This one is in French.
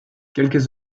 quelques